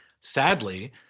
sadly—